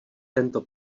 tento